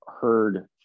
heard